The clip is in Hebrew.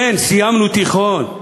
כן, סיימנו תיכון.